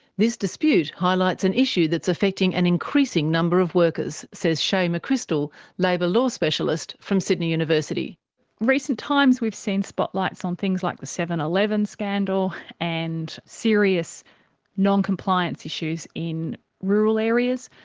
this dispute highlights an issue that's affecting an increasing number of workers, says shae mccrystal, labour law specialist from sydney university. in recent times we've seen spotlights on things like the seven eleven scandal and serious noncompliance issues in rural areas,